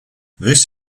this